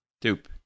Dupe